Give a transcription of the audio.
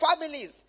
families